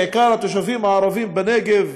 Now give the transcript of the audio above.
בעיקר התושבים הערבים בנגב,